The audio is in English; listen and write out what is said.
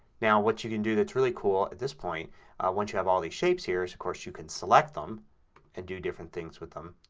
now what you can do that is really cool at this point once you have all these shapes here is, of course, you can select them and do different things with them.